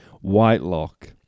Whitelock